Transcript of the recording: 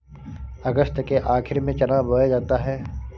अगस्त के आखिर में चना बोया जाता है